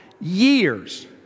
years